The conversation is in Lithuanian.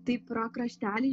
tai pro kraštelį